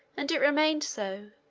and it remained so,